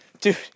Dude